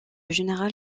général